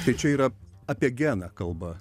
tai čia yra apie geną kalba